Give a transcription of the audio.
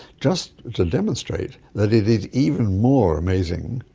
just to demonstrate that it is even more amazing,